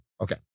Okay